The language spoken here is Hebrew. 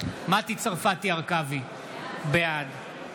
מטי צרפתי הרכבי, בעד